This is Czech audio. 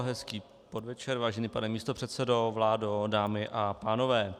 Hezký podvečer, vážený pane místopředsedo, vládo, dámy a pánové.